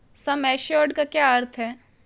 सम assured का क्या अर्थ है?